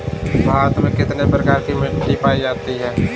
भारत में कितने प्रकार की मिट्टी पायी जाती है?